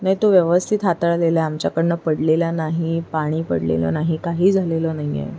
नाही तो व्यवस्थित हाताळलेला आहे आमच्याकडून पडलेला नाही पाणी पडलेलं नाही काही झालेलं नाही आहे